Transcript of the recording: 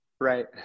Right